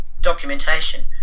documentation